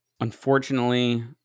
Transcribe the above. Unfortunately